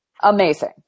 Amazing